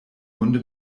wunde